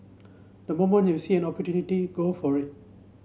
the moment you see an opportunity go for it